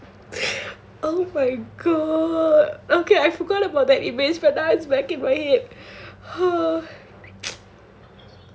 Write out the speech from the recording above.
oh my god okay I forgot about that it means for vaccum my head